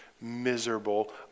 miserable